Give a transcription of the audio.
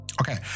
Okay